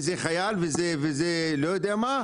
חייל או לא יודע מה?